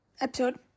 episode